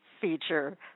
feature